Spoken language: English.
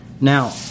Now